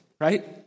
right